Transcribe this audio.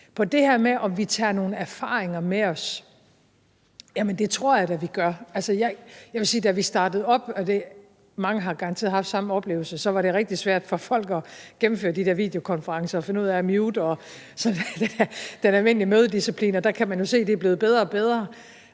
Til det her med, om vi tager nogle erfaringer med os, vil jeg sige, at det tror jeg da vi gør. Jeg vil sige, at da vi startede op – mange har garanteret haft samme oplevelse – var det rigtig svært for folk at gennemføre de der videokonferencer og finde ud af at mute og sådan den almindelige mødedisciplin, og der kan man jo se, at det er blevet bedre og bedre.